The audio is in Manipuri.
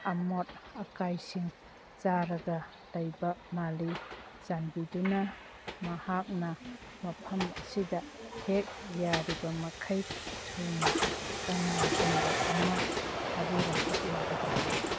ꯑꯃꯣꯠ ꯑꯀꯥꯏꯁꯤꯡ ꯆꯥꯔꯒ ꯂꯩꯕ ꯃꯥꯜꯂꯤ ꯆꯥꯟꯕꯤꯗꯨꯅ ꯃꯍꯥꯛꯅ ꯃꯐꯝ ꯑꯁꯤꯗ ꯍꯦꯛ ꯌꯥꯔꯤꯕꯃꯈꯩ ꯊꯨꯅ ꯀꯅꯥꯒꯨꯝꯕ ꯑꯃ ꯊꯥꯕꯤꯔꯛꯄ ꯌꯥꯒꯗ꯭ꯔ